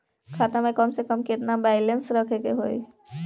खाता में कम से कम केतना बैलेंस रखे के होईं?